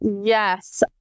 Yes